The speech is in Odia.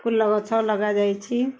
ଫୁଲ ଗଛ ଲଗାଯାଇଛି